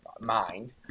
mind